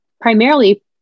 primarily